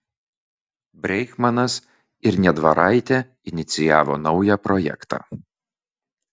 breichmanas ir niedvaraitė inicijavo naują projektą